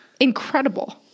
incredible